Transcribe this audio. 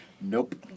nope